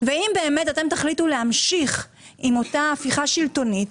אם תחליטו להמשיך עם אותה הפיכה שלטונית,